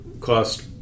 cost